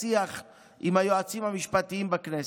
השיח עם היועצים המשפטיים בכנסת.